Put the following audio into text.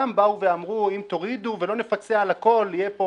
גם אמרו שאם נורידו ולא נפצה על הכל יהיה פה